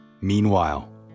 Meanwhile